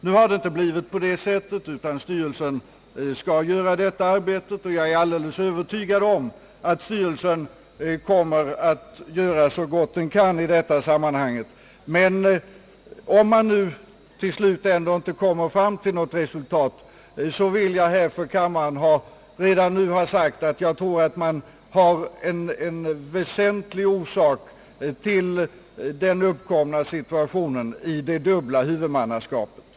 Nu har det inte blivit på det sättet, utan styrelsen skall göra detta arbete, och jag är alldeles övertygad om att styrelsen kommer att göra så gott den kan i detta sammanhang. Om det till slut ändå inte blir något resultat, vill jag emellertid redan nu ha sagt att jag tror att en väsentlig orsak till den uppkomna situationen är det dubbla huvudmannaskapet.